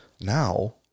now